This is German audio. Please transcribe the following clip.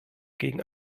gegen